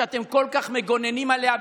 שאתם כל כך מגוננים עליה,